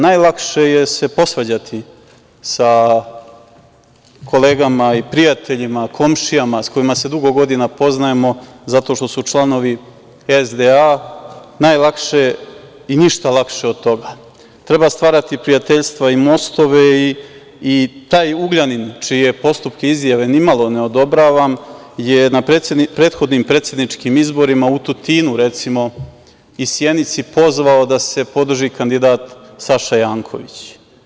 Najlakše se posvađati sa kolegama, prijateljima, komšijama sa kojima se dugo godina poznajemo, za to što članovi SDA, najlakše i ništa lakše od toga, treba stvarati prijateljstva i mostove i taj Ugljanin, čije postupke i izjave nimalo ne odobravam je na prethodnim predsedničkim izborima u Tutinu i Sjenici, recimo, pozvao da se podrži kandidat Saša Janković.